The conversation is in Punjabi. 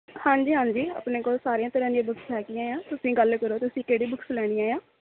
ਹਾਂਜੀ ਹਾਂਜੀ ਆਪਣੇ ਕੋਲ ਸਾਰੀਆਂ ਤਰ੍ਹਾਂ ਦੀਆਂ ਬੁੱਕਸ ਹੈਗੀਆਂ ਆ ਤੁਸੀਂ ਗੱਲ ਕਰੋ ਤੁਸੀਂ ਕਿਹੜੀ ਬੁੱਕਸ ਲੈਣੀਆਂ ਆ